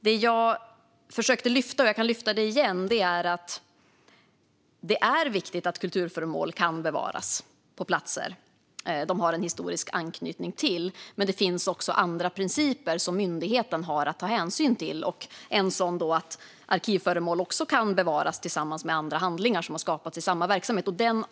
Det jag försökte lyfta fram, och jag kan göra det igen, var att det är viktigt att kulturföremål kan bevaras på platser de har en historisk anknytning till. Det finns dock andra principer som myndigheten har att ta hänsyn till, och en sådan är att arkivföremål också kan bevaras tillsammans med andra handlingar som har skapats i samma verksamhet.